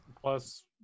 plus